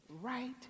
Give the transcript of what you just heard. right